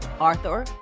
Arthur